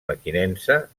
mequinensa